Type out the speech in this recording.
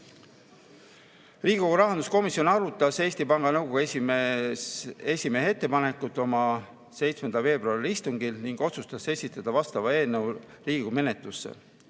rahanduskomisjon arutas Eesti Panga Nõukogu esimehe ettepanekut oma 7. veebruari istungil ning otsustas esitada vastava eelnõu Riigikogu menetlusse.